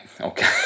okay